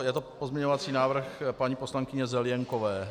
Je to pozměňovací návrh paní poslankyně Zelienkové.